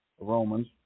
Romans